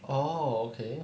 oh okay